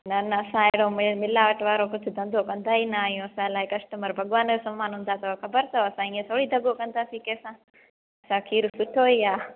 न न असां अहिड़ो मि मिलावट वारो कुझु धंधो कंदा ई न आहियूं असां लाइ कस्टमर भॻवान जे समान हूंदा अथव ख़बर अथव असां इअं थोरी दगो कंदासीं कंहिं सां असांजो खीरु सुठो ई आहे